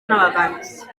navegants